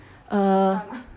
err